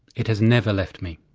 it has never left me.